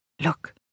Look